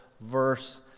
verse